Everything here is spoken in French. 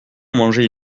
mangeait